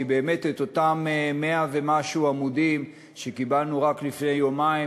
כי את אותם 100 ומשהו עמודים שקיבלנו רק לפני יומיים,